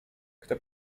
kto